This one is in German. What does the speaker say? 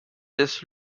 des